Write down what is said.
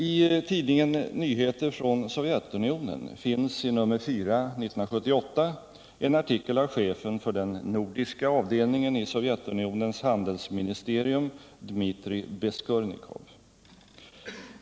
I tidningen Nyheter från Sovjetunionen finns i nr 4 för år 1978 en artikel av chefen för den nordiska avdelningen i Sovjetunionens handelsministerium, Dmitrij Beskurnikov.